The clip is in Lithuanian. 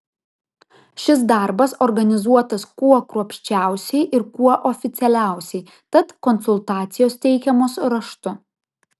šis darbas organizuotas kuo kruopščiausiai ir kuo oficialiausiai tad konsultacijos teikiamos raštu